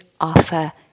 offer